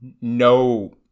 no